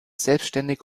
selbständig